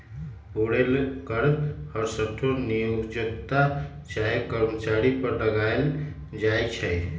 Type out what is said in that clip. payroll कर हरसठ्ठो नियोक्ता चाहे कर्मचारी पर लगायल जाइ छइ